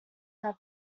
have